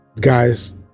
guys